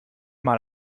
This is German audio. mal